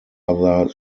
other